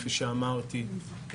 כפי שאמרתי,